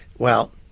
well,